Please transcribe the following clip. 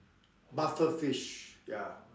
puffer fish ya